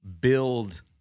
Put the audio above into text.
build